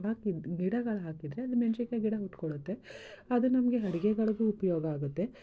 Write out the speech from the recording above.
ಹಾಕಿದ ಗಿಡಗಳು ಹಾಕಿದರೆ ಅಲ್ಲಿ ಮೆಣಸಿನ್ಕಾಯಿ ಗಿಡ ಹುಡ್ಕೊಳ್ಳುತ್ತೆ ಅದು ನಮಗೆ ಅಡುಗೆಗಳ್ಗೂ ಉಪಯೋಗ ಆಗುತ್ತೆ